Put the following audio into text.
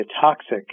toxic